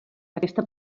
aquesta